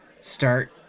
start